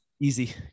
easy